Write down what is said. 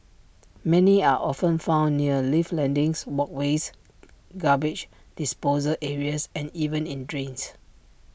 many are often found near lift landings walkways garbage disposal areas and even in drains